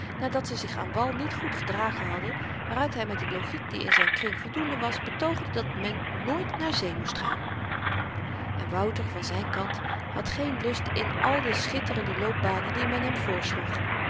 nadat ze zich aan wal niet goed gedragen hadden waaruit hy met de logiek die in zyn kring voldoende was betoogde dat men nooit naar zee moest gaan en wouter van zyn kant had geen lust in al de schitterende loopbanen die men hem